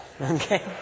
Okay